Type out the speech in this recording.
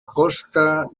costa